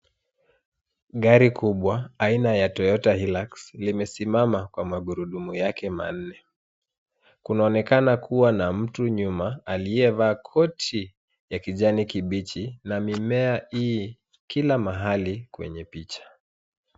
Gari kubwa aina ya Toyota Hilux limesimama kwa magurudumu yake manne. Kunaonekana kuwa na mtu nyuma aliyevaa koti ya kijani kibichi na mimea ii kila mahali kwenye picha.